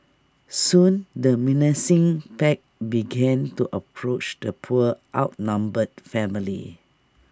soon the menacing pack began to approach the poor outnumbered family